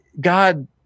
God